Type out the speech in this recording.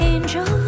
Angel